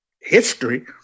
history